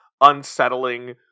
unsettling